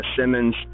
Simmons